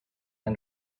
and